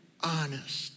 honest